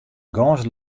gâns